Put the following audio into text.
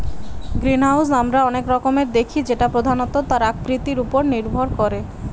greenhouse আমরা অনেক রকমের দেখি যেটা প্রধানত তার আকৃতি উপর নির্ভর করে